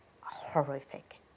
horrific